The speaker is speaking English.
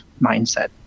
mindset